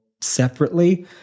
separately